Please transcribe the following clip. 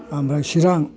ओमफ्राय चिरां